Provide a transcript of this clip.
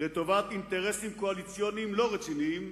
לטובת אינטרסים קואליציוניים לא רציניים,